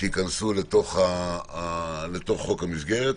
שייכנסו לתוך חוק המסגרת.